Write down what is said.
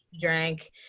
drank